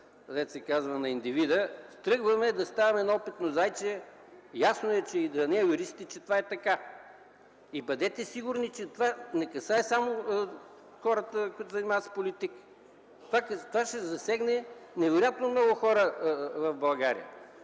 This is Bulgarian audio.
на тези права на индивида, тръгваме да ставаме опитно зайче. Ясно е и за неюристи, че това е така. Бъдете сигурни, че това не касае само хората, които се занимават само с политика. Това ще засегне невероятно много хора в България.